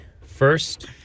first